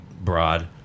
Broad